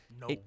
No